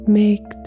make